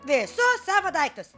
visus savo daiktus